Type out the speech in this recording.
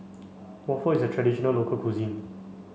waffle is a traditional local cuisine